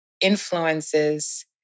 influences